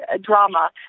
drama